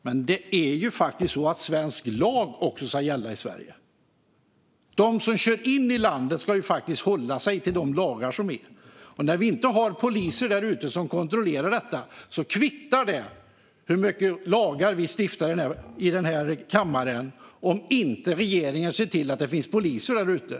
Men det är ju faktiskt så att svensk lag också ska gälla i Sverige. De som kör in i landet ska hålla sig till de lagar som gäller, men när vi inte har poliser där ute som kontrollerar detta kvittar det hur många lagar vi stiftar i den här kammaren. Om inte regeringen ser till att det finns poliser där ute spelar det ingen roll.